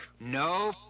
No